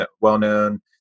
well-known